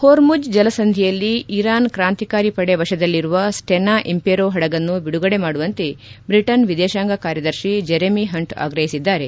Hormuz ಜಲಸಂಧಿಯಲ್ಲಿ Iran ಕ್ರಾಂತಿಕಾರಿ ಪಡೆ ವಶದಲ್ಲಿರುವ ಸ್ವೆನಾ ಇಂಪೇರೋ ಹಡಗನ್ನು ಬಿಡುಗಡೆ ಮಾಡುವಂತೆ ಬ್ರಿಟನ್ ವಿದೇಶಾಂಗ ಕಾರ್ಯದರ್ಶಿ ಜೆರೆಮಿ ಹಂಚ್ ಆಗ್ರಹಿಸಿದ್ದಾರೆ